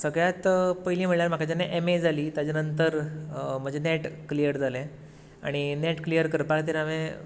सगळ्यांत पयलीं म्हळ्यार म्हाका जेन्ना एम ए जाली ताच्या नंतर म्हजें नेट क्लियर जालें आनी नेट क्लियर करपा खातीर हांवेन